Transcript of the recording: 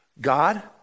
God